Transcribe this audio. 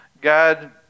God